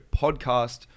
podcast